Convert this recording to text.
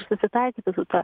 susitaikyti su ta